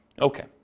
Okay